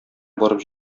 барып